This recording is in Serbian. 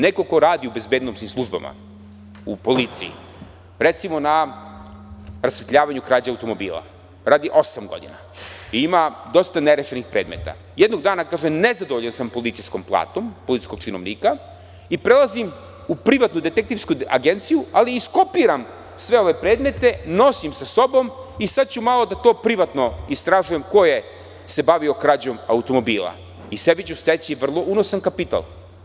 Neko ko radi u bezbednosnim službama u policiji, recimo na rasvetljavanju krađa automobila, radi osam godina, ima dosta nerešenih predmeta, jednog dana kaže - nezadovoljan sam policijskom platom policijskog činovnika i prelazim u privatnu detektivsku agenciju, ali iskopiram sve ove predmete, nosim sa sobom i sada ću malo privatno da istražujem ko se bavio krađom automobila i sebi ću steći vrlo unosan kapital.